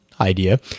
idea